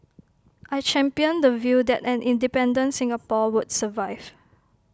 I championed the view that an independent Singapore would survive